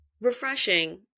refreshing